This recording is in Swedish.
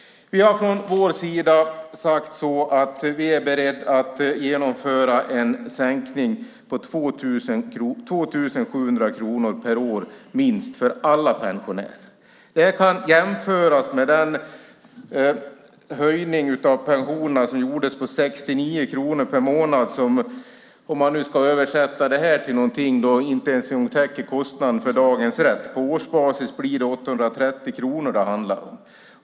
Vi har från vår sida sagt att vi är beredda att genomföra en sänkning med minst 2 700 kronor per år för alla pensionärer. Det kan jämföras med den höjning av pensionerna som gjordes med 69 kronor per månad, som inte ens täcker kostnaden för dagens rätt. På årsbasis är det 830 kronor det handlar om.